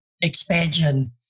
expansion